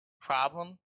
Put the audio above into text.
problem